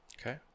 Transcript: Okay